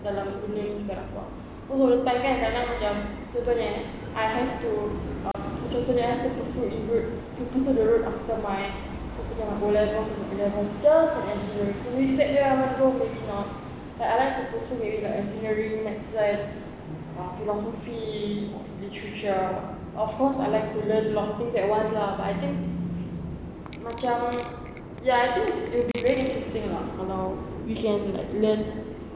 dalam dunia ni sekarang [tau] most of the time kan kadang-kadang macam contohnya eh I have to um contohnya I have to pursue the road after my O levels just for engineering will it set where I want to go maybe not but I like to pursue maybe engineering medicine uh philosophy literature of course I like to learn a lot of things at once lah but I think macam ya I think it'll be very interesting lah kalau you can like learn